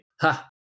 Ha